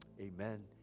amen